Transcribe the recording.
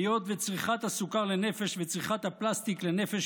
היות שצריכת הסוכר לנפש וצריכת הפלסטיק לנפש